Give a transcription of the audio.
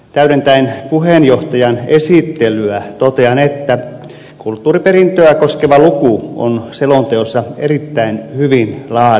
täyden täen puheenjohtajan esittelyä totean että kulttuuriperintöä koskeva luku on selonteossa erittäin hyvin laadittu